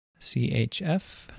CHF